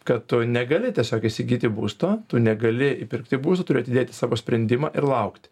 kad tu negali tiesiog įsigyti būsto tu negali įpirkti būsto turi atidėti savo sprendimą ir laukti